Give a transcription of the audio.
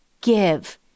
give